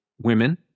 women